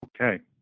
Okay